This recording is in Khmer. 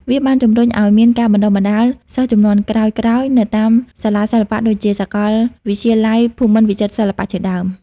វាបានជំរុញឱ្យមាន ការបណ្តុះបណ្តាល សិស្សជំនាន់ក្រោយៗនៅតាមសាលាសិល្បៈដូចជាសាកលវិទ្យាល័យភូមិន្ទវិចិត្រសិល្បៈជាដើម។